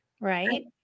right